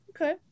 Okay